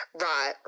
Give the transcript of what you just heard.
Right